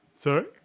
Sorry